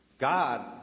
God